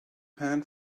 pan